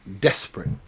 desperate